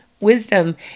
wisdom